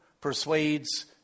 persuades